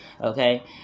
okay